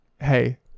Hey